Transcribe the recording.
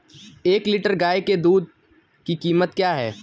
एक लीटर गाय के दूध की कीमत क्या है?